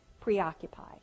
preoccupied